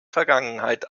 vergangenheit